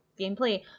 gameplay